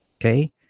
Okay